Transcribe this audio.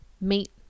meet